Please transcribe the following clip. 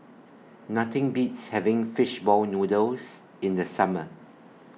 Nothing Beats having Fish Ball Noodles in The Summer